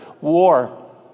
war